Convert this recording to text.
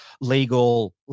legal